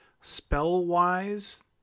Spell-wise